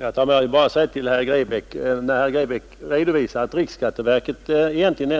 Herr talman! Jag vill bara säga till herr Grebäck när han här redovisar att riksskatteverket